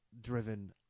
driven